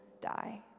die